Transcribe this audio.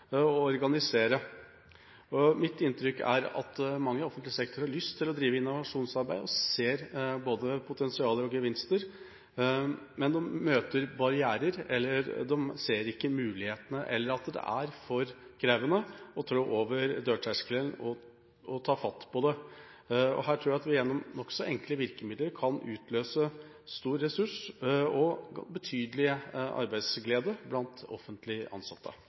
og organisere. Mitt inntrykk er at mange i offentlig sektor har lyst til å drive med innovasjonsarbeid, og ser både potensial og gevinster, men møter barrierer eller ser ikke mulighetene, eller at det er for krevende å trå over dørterskelen og ta fatt på det. Her tror jeg at vi gjennom nokså enkle virkemidler kan utløse en stor ressurs og betydelig arbeidsglede blant offentlige ansatte.